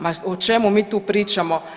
Ma o čemu mi tu pričamo?